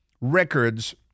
records